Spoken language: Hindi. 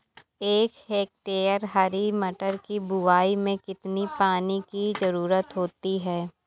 एक हेक्टेयर हरी मटर की बुवाई में कितनी पानी की ज़रुरत होती है?